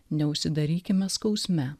neužsidarykime skausme